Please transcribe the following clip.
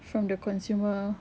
from the consumer